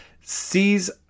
sees